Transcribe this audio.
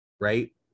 right